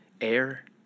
air